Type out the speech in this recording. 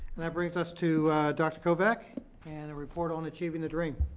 and that brings us to dr. kovak and the report on achieving the dream.